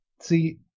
See